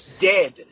dead